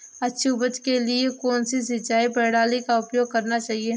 अच्छी उपज के लिए किस सिंचाई प्रणाली का उपयोग करना चाहिए?